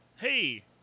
Hey